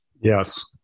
Yes